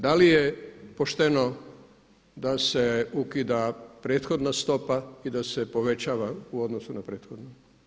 Da li je pošteno da se ukida prethodna stopa i da se povećava u odnosu na prethodnu?